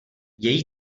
její